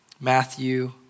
Matthew